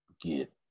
get